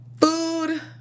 food